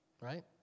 Right